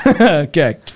Okay